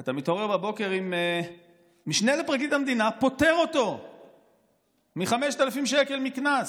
אתה מתעורר בבוקר עם משנה לפרקליט המדינה שפוטר אותו מ-5,000 שקל קנס,